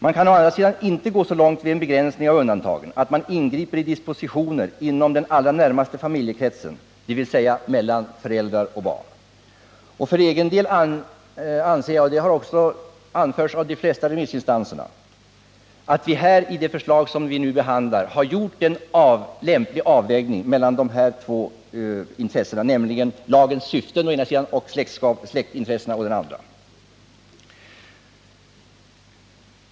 Man kan däremot inte gå så långt med en begränsning av undantagen att man ingriper i dispositioner inom den allra närmaste familjekretsen, dvs. mellan föräldrar och barn. För egen del anser jag — vilket också anförts av de flesta remissinstanserna — att vi i det förslag vi nu behandlar gjort en lämplig avvägning mellan dessa två intressen, nämligen lagens syften å ena sidan och släktintressena å den andra.